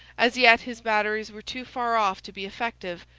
as yet his batteries were too far off to be effective,